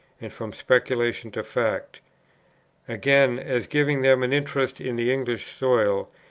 and from speculation to fact again, as giving them an interest in the english soil,